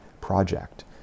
project